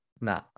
Nah